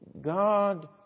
God